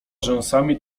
rzęsami